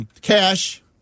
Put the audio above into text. Cash